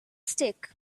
stick